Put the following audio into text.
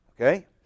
okay